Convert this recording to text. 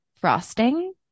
frosting